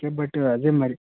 okay but అదే మరి